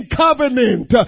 covenant